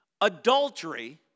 Adultery